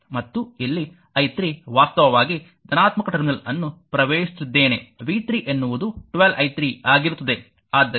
ಮತ್ತು ಇಲ್ಲಿ i3 ವಾಸ್ತವವಾಗಿ ಧನಾತ್ಮಕ ಟರ್ಮಿನಲ್ ಅನ್ನು ಪ್ರವೇಶಿಸುತ್ತಿದ್ದೇನೆ v 3 ಎನ್ನುವುದು 12i3 ಆಗಿರುತ್ತದೆ